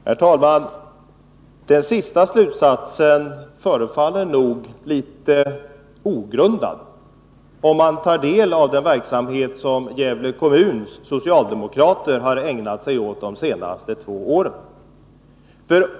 Herr talman! Den senaste slutsatsen förefaller nog något ogrundad, om man tar del av den verksamhet som Gävle kommuns socialdemokrater har ägnat sig åt de senaste två åren.